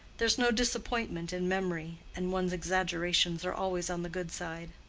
there's no disappointment in memory, and one's exaggerations are always on the good side.